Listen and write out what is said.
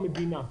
המדינה.